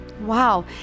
Wow